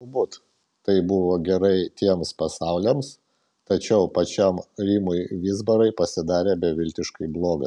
galbūt tai buvo gerai tiems pasauliams tačiau pačiam rimui vizbarai pasidarė beviltiškai bloga